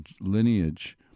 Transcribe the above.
lineage